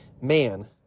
man